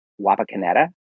Wapakoneta